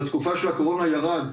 בתקופה של הקורונה ירד,